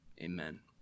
Amen